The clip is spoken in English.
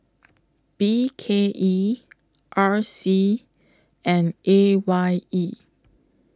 B K E R C and A Y E